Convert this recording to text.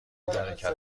حرکت